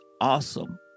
awesome